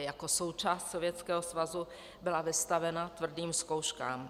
Jako součást Sovětského svazu byla vystavena tvrdým zkouškám.